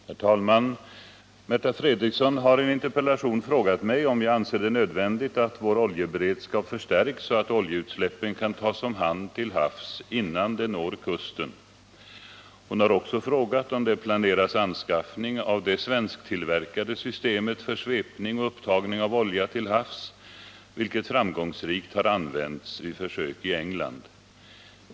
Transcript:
Herr talman! Märta Fredrikson har i en interpellation frågat mig om jag anser det nödvändigt att vår oljeberedskap förstärks så att oljeutsläppen kan tas om hand till havs innan de når kusten. Hon har också frågat om det planeras anskaffning av det svensktillverkade systemet för svepning och upptagning av olja till havs, vilket framgångsrikt har använts vid försök i England.